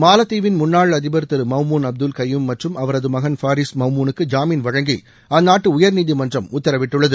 மாலத்தீவின் முன்னாள் அதிபர் திரு மௌமூன் அப்துல் கையூம் மற்றும் அவரது மகன் ஃபாரீஸ் மௌமூனுக்கு ஜாமீன் வழங்கி அந்நாட்டு உயர்நீதிமன்றம் உத்தரவிட்டுள்ளது